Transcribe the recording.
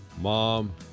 Mom